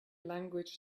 language